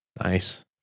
Nice